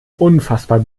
unfassbar